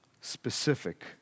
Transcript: Specific